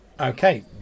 Okay